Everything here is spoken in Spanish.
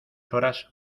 horas